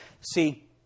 See